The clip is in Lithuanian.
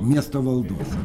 miesto valdose